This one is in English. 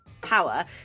power